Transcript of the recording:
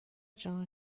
جان